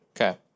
Okay